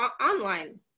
online